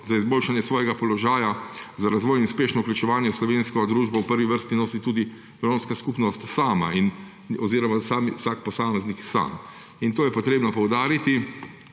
za izboljšanje svojega položaja, za razvoj in uspešno vključevanje v slovensko družbo v prvi vrsti nosi tudi romska skupnost sama oziroma vsak posameznik sam. To je potrebno poudariti.